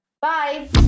Bye